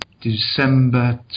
December